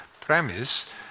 premise